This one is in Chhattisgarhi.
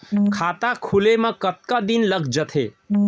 खाता खुले में कतका दिन लग जथे?